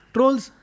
Trolls